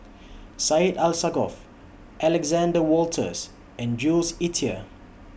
Syed Alsagoff Alexander Wolters and Jules Itier